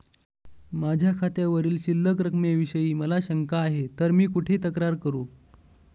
माझ्या खात्यावरील शिल्लक रकमेविषयी मला शंका आहे तर मी कुठे तक्रार करू?